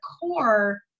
core